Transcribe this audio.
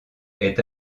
est